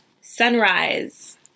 Sunrise